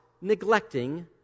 neglecting